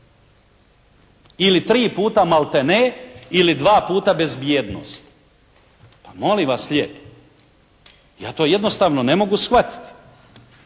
ili 3 puta "malte ne" ili 2 puta "bezbjednost". Pa molim vas lijepo, ja to jednostavno ne mogu shvatiti.